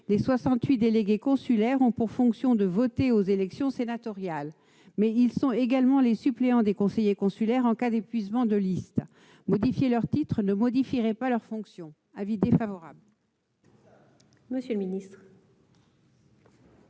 délégués consulaires ont bien pour fonction de voter aux élections sénatoriales, ils sont également les suppléants des conseillers consulaires en cas d'épuisement de liste. Changer leur titre ne modifierait pas leurs fonctions. L'avis de